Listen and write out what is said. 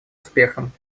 успехом